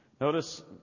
Notice